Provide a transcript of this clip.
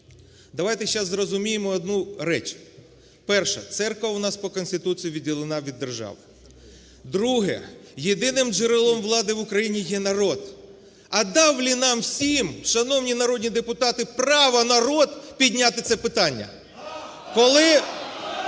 давайте зараз зрозуміємо одну річ. Перша: церква у нас по Конституції відділена від держави. Друге: єдиним джерелом влади в Україні є народ. А дав чи нам всім, шановні народні депутати, право народ підняти це питання? (Шум